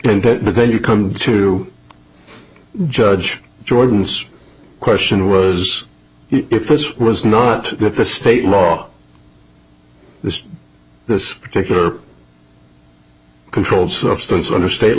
that then you come to judge jordan's question was if this was not the state law was this particular controlled substance under state